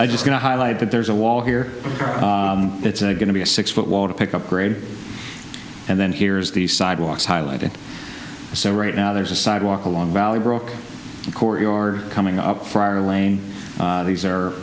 i just going to highlight that there's a wall here it's going to be a six foot wall to pick up grade and then here's the sidewalks highlighted so right now there's a sidewalk along valley broke a courtyard coming up fire lane these